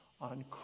on